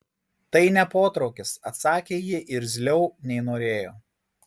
tai ne potraukis atsakė ji irzliau nei norėjo